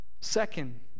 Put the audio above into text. Second